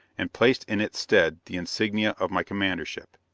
and placed in its stead the insignia of my commandership.